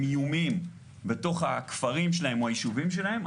איומים בתוך הכפרים שלהם או היישובים שלהם,